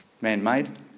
man-made